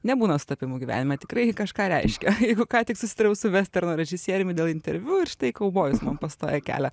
nebūna sutapimų gyvenime tikrai kažką reiškia jeigu ką tik susitariau su vesterno režisieriumi dėl interviu ir štai kaubojus mums pastojo kelią